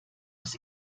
aus